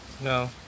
No